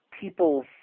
people